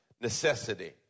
necessity